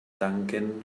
tanquen